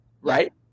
right